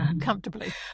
comfortably